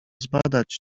zbadać